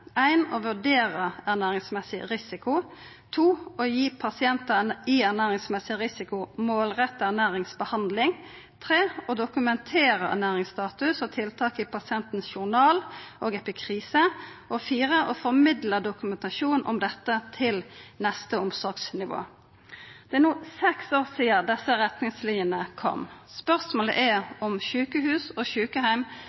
Å vurdera ernæringsmessig risiko Å gi pasientar i ernæringsmessig risiko målretta ernæringsbehandling Å dokumentera ernæringsstatus og tiltak i pasientens journal og epikrise Å formidla dokumentasjon om dette til neste omsorgsnivå Det er no seks år sidan desse retningslinjene kom. Spørsmålet